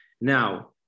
Now